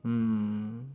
mm